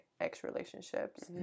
ex-relationships